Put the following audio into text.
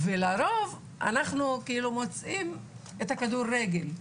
ולרוב אנחנו מוצאים את הכדורגל.